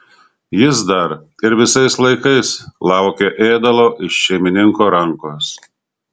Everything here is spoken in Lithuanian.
jis dar ir visais laikais laukė ėdalo iš šeimininko rankos